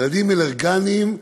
ילדים אלרגיים,